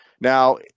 Now